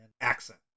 accent